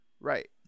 Right